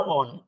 on